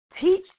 teach